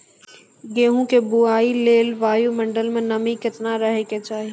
गेहूँ के बुआई लेल वायु मंडल मे नमी केतना रहे के चाहि?